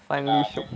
finally shiok